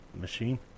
machine